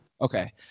Okay